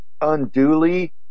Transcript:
unduly